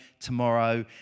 tomorrow